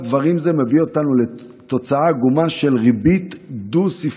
דברים זה מביא אותנו לתוצאה עגומה של ריבית דו-ספרתית.